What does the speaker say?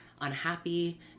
unhappy